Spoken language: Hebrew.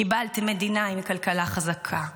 קיבלתם מדינה עם כלכלה חזקה,